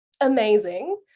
amazing